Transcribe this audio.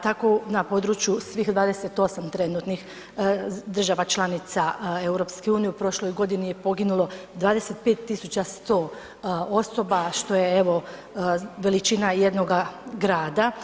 Tako na području svih 28 trenutnih država članica EU u prošloj godini je poginulo 25.100 osoba što je evo veličina jednoga grada.